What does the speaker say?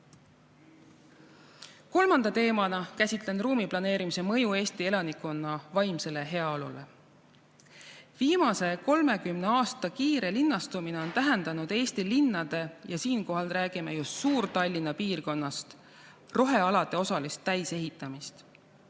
Kolmanda teemana käsitlen ruumiplaneerimise mõju Eesti elanikkonna vaimsele heaolule. Viimase 30 aasta kiire linnastumine on tähendanud Eesti linnade – siinkohal räägime just Suur-Tallinna piirkonnast – rohealade osalist täisehitamist.